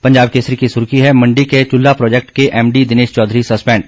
पंजाब केसरी की सुर्खी है मंडी के चुल्ला प्रोजैक्ट के एमडी दिनेश चौधरी संस्पैंड